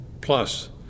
plus